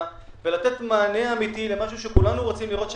ולתת מענה אמיתי למשהו שכולנו רוצים לראות שממשיך,